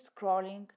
scrolling